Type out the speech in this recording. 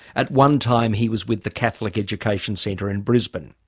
at one time he was with the catholic education centre in brisbane.